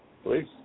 Please